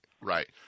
right